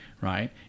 Right